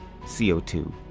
CO2